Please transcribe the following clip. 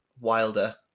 Wilder